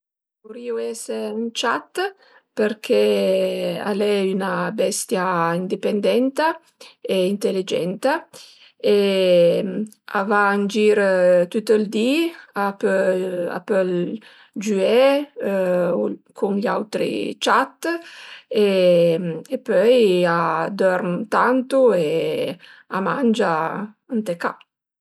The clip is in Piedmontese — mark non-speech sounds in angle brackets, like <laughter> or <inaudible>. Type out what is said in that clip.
Vurìu ese ün ciat përché al e üna bestia indipendenta e inteligenta e a va ën gir tüt ël di, a pö a pöl giüé <hesitation> cun gl'autri ciat e pöi a dörm tantu e a mangia ënt e ca